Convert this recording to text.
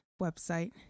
website